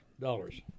dollars